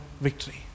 victory